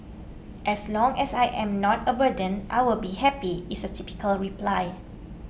as long as I am not a burden I will be happy is a typical reply